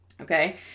Okay